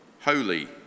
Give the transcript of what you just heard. holy